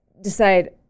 decide